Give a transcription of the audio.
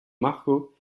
marco